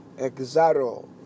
Exaro